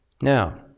Now